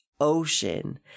ocean